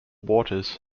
waters